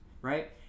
right